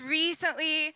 recently